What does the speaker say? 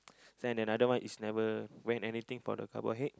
then another one is never wear anything for the cover head